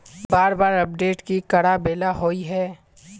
बार बार अपडेट की कराबेला होय है?